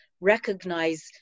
recognize